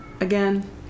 again